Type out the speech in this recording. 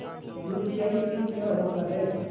UPI pin क्या होता है?